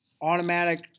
automatic